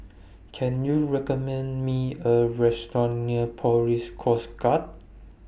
Can YOU recommend Me A Restaurant near Police Coast Guard